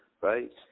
right